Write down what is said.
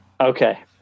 Okay